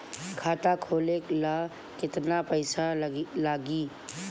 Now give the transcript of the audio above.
खाता खोले ला केतना पइसा लागी?